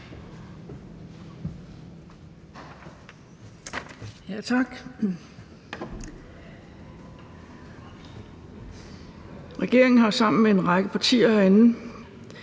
Regeringen har sammen med en række partier herinde